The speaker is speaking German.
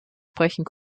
sprechen